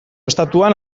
estatuan